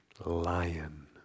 lion